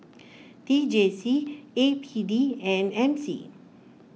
T J C A P D and M C